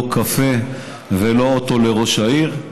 לא קפה ולא אוטו לראש העירייה,